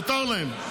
מותר להם,